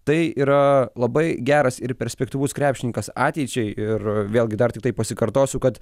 tai yra labai geras ir perspektyvus krepšininkas ateičiai ir vėlgi dar tiktai pasikartosiu kad